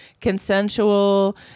consensual